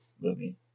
movie